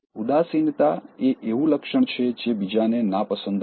ઉદાસીનતા એ એવું લક્ષણ છે જે બીજાને નાપસંદ હોય